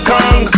Kong